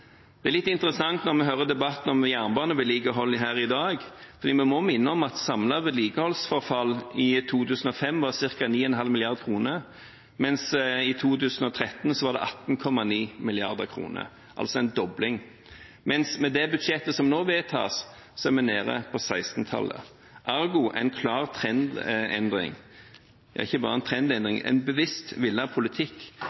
Det er litt interessant når vi hører debatten om jernbanevedlikeholdet her i dag, for vi må minne om at samlet vedlikeholdsforfall i 2005 var ca. 9,5 mrd. kr, i 2013 var det 18,9 mrd. kr, altså en dobling, mens med det budsjettet som nå vedtas, er vi nede på 16-tallet, ergo en klar trendendring – ja, ikke bare en